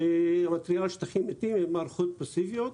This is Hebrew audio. המתריעה על שטחים מתים הן מערכות פאסיביות.